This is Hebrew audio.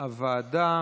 הוועדה